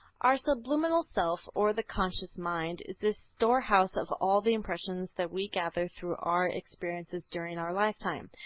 our subliminal self, or the subconscious mind, is the storehouse of all the impressions that we gather through our experiences during our lifetime.